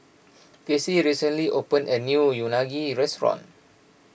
Cassie recently opened a new Unagi restaurant